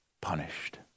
punished